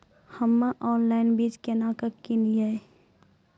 हम्मे ऑनलाइन बीज केना के किनयैय?